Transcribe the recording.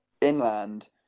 inland